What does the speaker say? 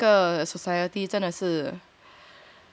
especially 在这个 society 真的是